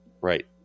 Right